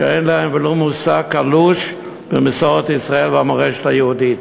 שאין להם ולו מושג קלוש במסורת ישראל והמורשת היהודית.